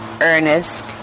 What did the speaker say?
Ernest